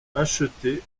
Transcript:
acheté